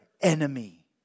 enemy